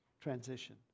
transition